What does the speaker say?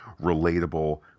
relatable